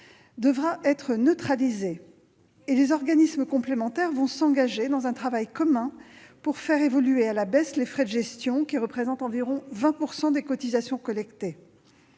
devra être neutralisée, et les organismes complémentaires s'engageront dans un travail commun pour faire évoluer à la baisse les frais de gestion, qui représentent environ 20 % des cotisations collectées.